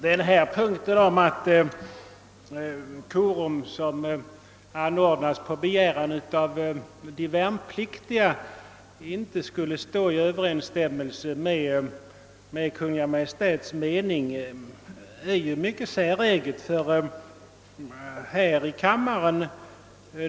Herr talman! Punkten att korum som anordnas på begäran av de värnpliktiga inte skulle stå i överensstämmelse med Kungl. Maj:ts bestämmelser är mycket säregen.